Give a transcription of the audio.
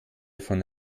von